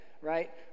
right